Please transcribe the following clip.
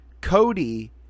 Cody